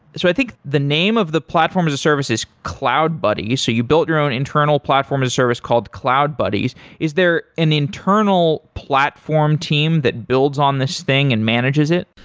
so i think the name of the platform as a service is cloud-buddy. so you built your own internal platform as a service called cloud-buddy. is there an internal platform team that builds on this thing and manages it?